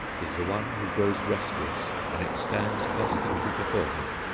is the one who grows restless when it stands constantly before him.